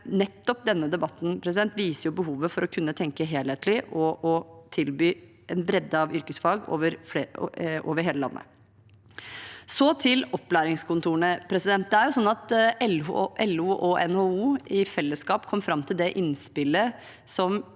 nettopp denne debatten viser behovet for å kunne tenke helhetlig og å tilby en bredde av yrkesfag over hele landet. Så til opplæringskontorene: LO og NHO kom i fellesskap fram til det innspillet som